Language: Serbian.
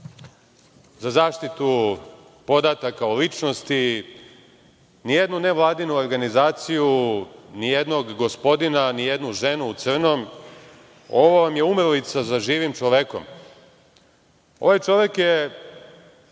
za zaštitu podataka o ličnosti, ni jednu nevladinu ogranizaciju , ni jednog gospodina, ni jednu ženu u crnom, ovo vam je umrlica za živim čovekom. Ovaj čovek